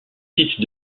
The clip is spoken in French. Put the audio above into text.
site